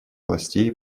властей